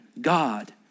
God